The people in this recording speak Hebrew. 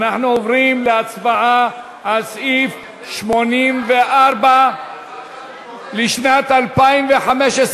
אנחנו עוברים להצבעה על סעיף 84 לשנת 2015,